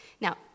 Now